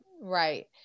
right